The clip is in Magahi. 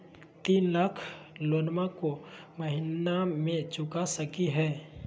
तीन लाख लोनमा को महीना मे चुका सकी हय?